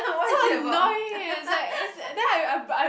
so annoying eh is like is like as then I I I but I